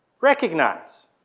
recognize